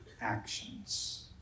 actions